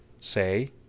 say